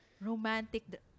Romantic